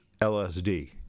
LSD